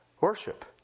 worship